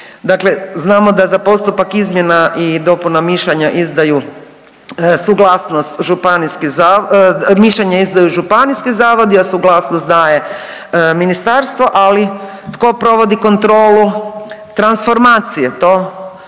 znamo da za postupak izmjena i dopuna mišljenja izdaju suglasnost županijski, mišljenja izdaju županijski zavodi, a suglasnost daje Ministarstvo. Ali tko provodi kontrolu transformacije to